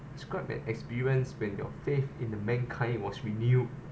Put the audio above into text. describe an experience when your faith in the mankind was renewed